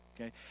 okay